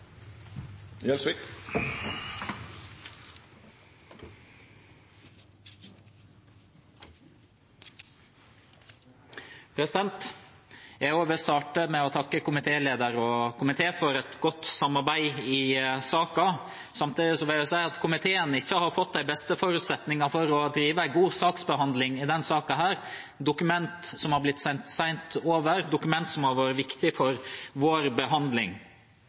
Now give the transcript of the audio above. vil starte med å takke komitélederen og komiteen for et godt samarbeid i saken. Samtidig vil jeg si at komiteen ikke har fått de beste forutsetninger for å drive en god saksbehandling i denne saken, med dokumenter som har blitt oversendt sent, dokumenter som har vært viktige for vår behandling.